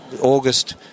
August